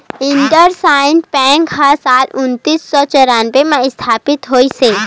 IndusInd bank ह साल उन्नीस सौ चैरानबे म इस्थापित होइस हे